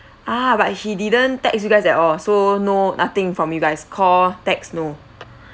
ah but he didn't text you guys at all so no nothing from you guys call text no